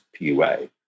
PUA